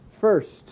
first